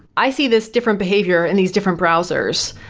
i see this different behavior in these different browsers.